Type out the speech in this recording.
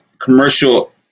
commercial